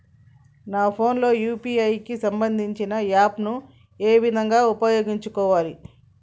నా ఫోన్ లో యూ.పీ.ఐ కి సంబందించిన యాప్ ను ఏ విధంగా ఉపయోగించాలి?